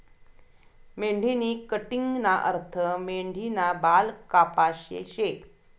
मेंढीनी कटिंगना अर्थ मेंढीना बाल कापाशे शे